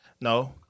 No